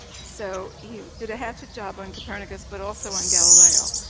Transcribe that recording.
so he did a hatchet job on copernicus but also on galileo.